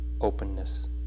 openness